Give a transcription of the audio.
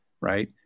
right